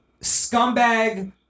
scumbag